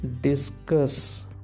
discuss